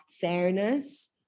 fairness